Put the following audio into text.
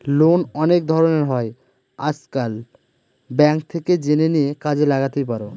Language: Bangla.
লোন অনেক ধরনের হয় আজকাল, ব্যাঙ্ক থেকে জেনে নিয়ে কাজে লাগাতেই পারো